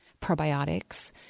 probiotics